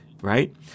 right